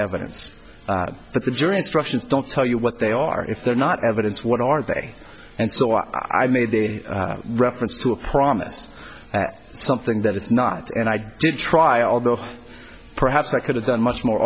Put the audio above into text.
evidence but the jury instructions don't tell you what they are if they're not evidence what are they and so on i made a reference to a promise something that it's not and i did try although perhaps i could have done much more